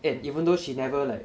and even though she never like